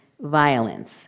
violence